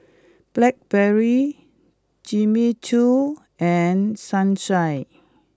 Blackberry Jimmy Choo and Sunshine